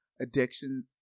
addiction